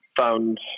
found